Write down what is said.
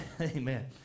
Amen